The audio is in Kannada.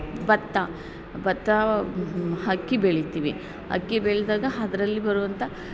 ಭತ್ತ ಬತ್ತಾ ಅಕ್ಕಿ ಬೆಳಿತೀವಿ ಅಕ್ಕಿ ಬೆಳೆದಾಗ ಅದ್ರಲ್ಲಿ ಬರುವಂಥ